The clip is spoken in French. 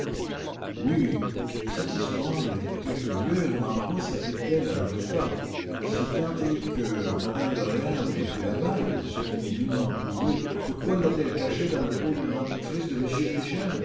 oui après toute cette histoire est très curieuse mais en quoi sapplique t elle à notre cas si m me de réal a pris la bague pourquoi l'a-t-on retrouvée dans la poudre dentifrice de